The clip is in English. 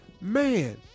Man